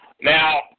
Now